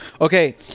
Okay